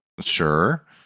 Sure